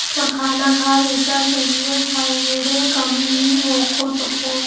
मखाना खा बेटा शरीरत फाइबरेर कमी नी ह तोक